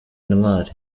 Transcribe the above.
intwari